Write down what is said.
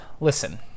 listen